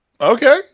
Okay